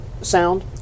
sound